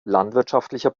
landwirtschaftlicher